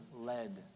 led